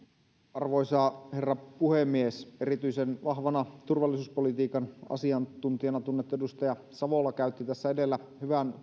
arvoisa herra puhemies erityisen vahvana turvallisuuspolitiikan asiantuntijana tunnettu edustaja savola käytti tässä edellä hyvän